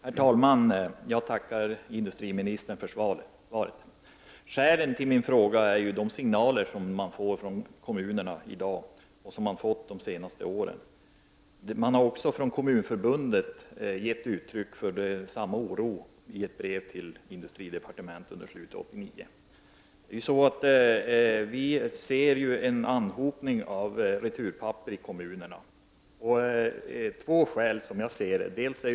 Herr talman! Jag tackar industriministern för svaret. Skälen till min fråga är de signaler som man får från kommunerna i dag och som man har fått de senaste åren. Även Kommunförbundet har gett uttryck för samma oro i ett brev till industridepartementet under slut av 1989. Vi ser en anhopning av returpapper i kommunerna av, som jag ser det, två skäl.